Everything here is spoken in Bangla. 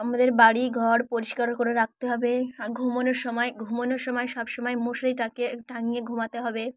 আমাদের বাড়ি ঘর পরিষ্কার করে রাখতে হবে আর ঘুমানোর সময় ঘুমানোর সময় সব সময় মশারি টাঙিয়ে ঘুমাতে হবে